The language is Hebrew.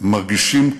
מרגישים כלואים,